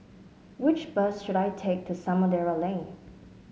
which bus should I take to Samudera Lane